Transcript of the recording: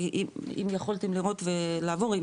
אם יכולתם לראות ולעבור,